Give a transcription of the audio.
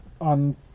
on